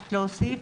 מבקשת להוסיף.